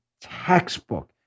textbook